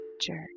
jerk